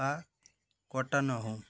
ବା କଟା ନ ହଉ